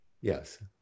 yes